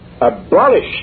abolished